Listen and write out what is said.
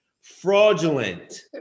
Fraudulent